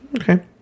Okay